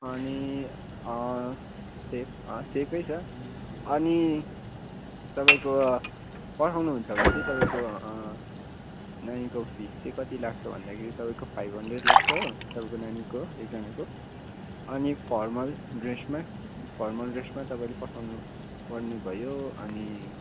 अनि सेफ सेफै छ अनि तपाईँको पठाउनुहुन्छ भने चाहिँ तपाईँको नानीको फिस चाहिँ कति लाग्छ भन्दाखेरि तपाईँको फाइभ हन्ड्रेड लाग्छ हो तपाईँको नानीको एकजनाको अनि फर्मल ड्रेसमा फर्मल ड्रेसमा तपाईँले पठाउनु पर्ने भयो अनि